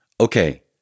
Okay